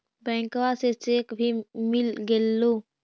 बैंकवा से चेक भी मिलगेलो?